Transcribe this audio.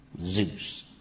Zeus